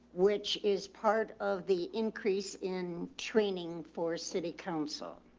which is part of the increase in training for city council